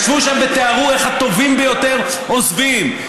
ישבו שם ותיארו איך הטובים ביותר עוזבים,